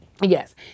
Yes